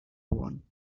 one